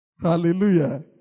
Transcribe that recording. Hallelujah